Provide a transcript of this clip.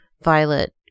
Violet